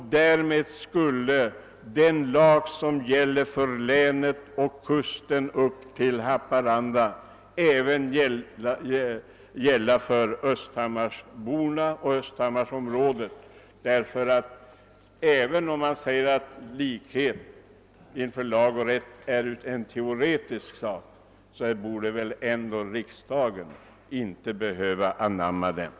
Därmed skulle den lag som gäller för Uppsala län och kusten upp till Haparanda även avse Östhammarsborna och Östhammarsområdet, därför att även om man säger att likhet inför lag och rätt är någonting teoretiskt borde ändå inte riksdagen anamma detta.